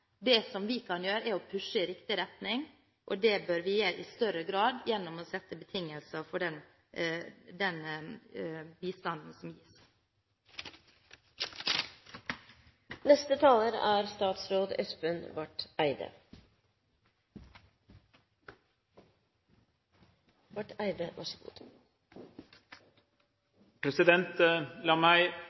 Det vi kan gjøre, er å pushe i riktig retning, og det bør vi gjøre i større grad gjennom å sette betingelser for den bistanden som gis. La meg begynne med å si at som forsvarsminister er